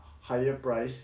higher price